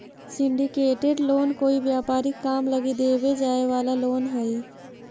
syndicated loan कोई व्यापारिक काम लगी देवे जाए वाला लोन हई